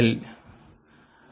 W12IB